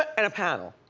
and a panel.